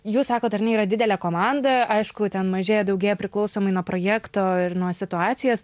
jūs sakot ar ne yra didelė komanda aišku ten mažėja daugėja priklausomai nuo projekto ir nuo situacijos